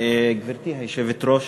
גברתי היושבת-ראש,